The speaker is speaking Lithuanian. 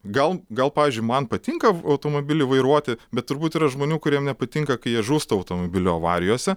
gal gal pavyzdžiui man patinka automobilį vairuoti bet turbūt yra žmonių kuriem nepatinka kai jie žūsta automobilių avarijose